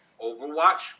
Overwatch